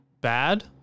bad